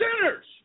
Sinners